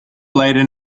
later